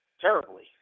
terribly